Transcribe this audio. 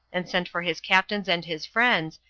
and sent for his captains and his friends,